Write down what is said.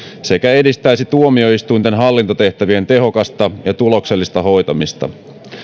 sekä edistäisi tuomioistuinten hallintotehtävien tehokasta ja tuloksellista hoitamista